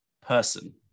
person